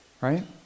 right